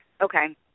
okay